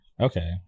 okay